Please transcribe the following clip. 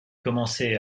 commençait